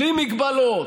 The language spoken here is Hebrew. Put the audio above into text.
בלי מגבלות,